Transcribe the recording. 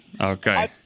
Okay